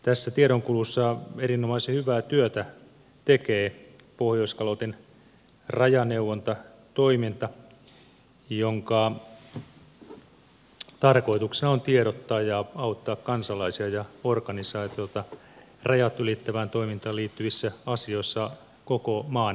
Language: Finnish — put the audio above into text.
tässä tiedonkulussa erinomaisen hyvää työtä tekee pohjoiskalotin rajaneuvontatoiminta jonka tarkoituksena on tiedottaa ja auttaa kansalaisia ja organisaatioita rajat ylittävään toimintaan liittyvissä asioissa koko maan laajuisesti